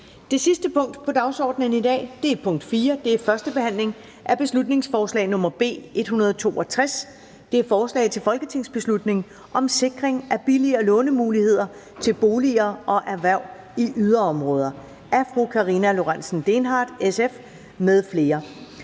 Det sidste punkt på dagsordenen er: 4) 1. behandling af beslutningsforslag nr. B 162: Forslag til folketingsbeslutning om sikring af billigere lånemuligheder til boliger og erhverv i yderområder. Af Karina Lorentzen Dehnhardt (SF) m.fl.